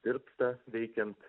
tirpsta veikiant